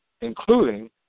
including